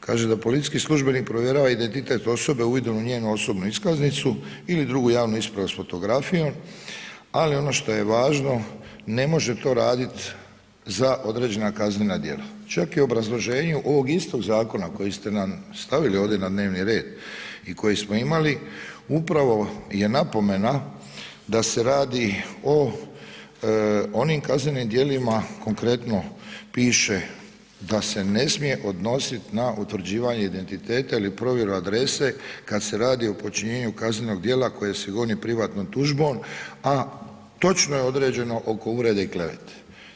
Kaže da policijski službenik provjerava identitet osobe uvidom u njenu osobnu iskaznicu ili drugu javnu ispravu s fotografijom, ali ono što je važno ne može to radit za određena kaznena dijela, čak i u obrazloženju ovog istog zakona koji ste nam stavili ovdje na dnevni red i koji smo imali upravo je napomena da se radi o onim kaznenim dijelima, konkretno piše da se ne smije odnosit na utvrđivanje identiteta ili provjeru adrese kad se radi o počinjenju kaznenog dijela koje se goni privatnom tužbom, a točno je određeno oko uvrede i klevete.